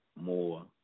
more